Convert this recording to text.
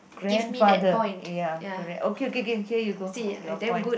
grandfather ya correct okay okay okay here you go your point